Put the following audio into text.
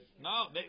no